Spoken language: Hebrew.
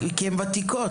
כי הן וותיקות.